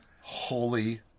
Holy